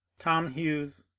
tom hughes,